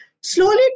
slowly